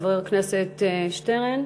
חבר הכנסת שטרן.